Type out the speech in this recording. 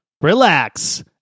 relax